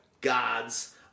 gods